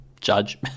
judge